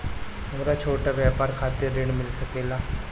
हमरा छोटा व्यापार खातिर ऋण मिल सके ला?